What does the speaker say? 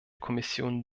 kommission